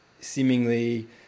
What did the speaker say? seemingly